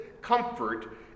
comfort